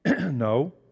No